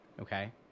okay